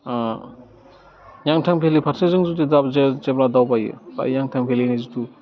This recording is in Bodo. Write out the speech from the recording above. नेनटां भेलि फारसेजों जुदि दा जे जेब्ला दावबायो बेयाव नेनटां भेलिनि जिथु